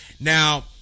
now